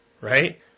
right